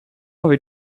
away